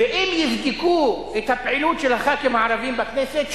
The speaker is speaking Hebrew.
ואם יבדקו את הפעילות של הח"כים הערבים בכנסת,